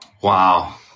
Wow